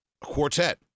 quartet